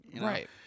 Right